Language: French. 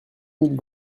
mille